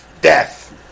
death